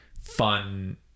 fun